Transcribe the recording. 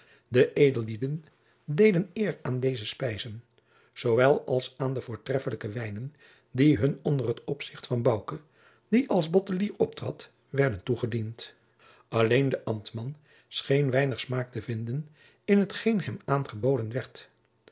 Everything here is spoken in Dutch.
de edellieden deden eer aan deze spijzen zoowel als aan de voortreffelijke wijnen die hun onder het opzicht van bouke die als bottelier optrad werden toegediend alleen de ambtman scheen weinig smaak te vinden in t geen hem aangeboden werd